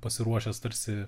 pasiruošęs tarsi